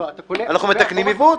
אנחנו מתקנים עיוות.